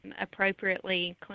appropriately